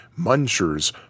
munchers